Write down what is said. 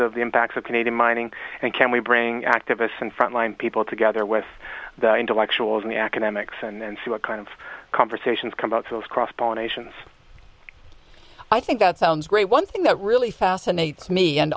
of the impacts of canadian mining and can we bring activists and frontline people together with the intellectuals in the academics and see what kind of conversations come out those cross pollination i think that sounds great one thing that really fascinates me and